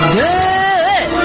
good